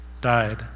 died